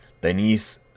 Denise